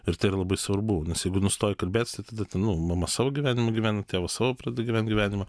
ir tai yra labai svarbu nes jeigu nustoji kalbėt tai tada ten nu mama savo gyvenimą gyvena tėvas savo pradeda gyvent gyvenimą